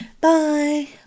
Bye